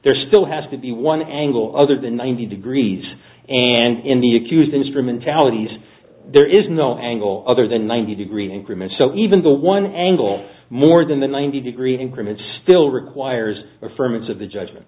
there still has to be one angle other than ninety degrees and in the accused instrumentalities there is no angle other than ninety degrees increment so even the one angle more than the ninety degree increment still requires affirmative the judgement